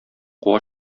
куа